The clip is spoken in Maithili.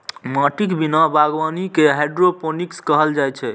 माटिक बिना बागवानी कें हाइड्रोपोनिक्स कहल जाइ छै